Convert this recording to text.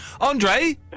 Andre